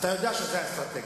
אני השלמתי